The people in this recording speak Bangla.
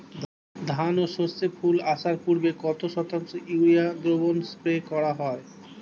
ধান ও সর্ষে ফুল আসার পূর্বে কত শতাংশ ইউরিয়া দ্রবণ স্প্রে করা হয়?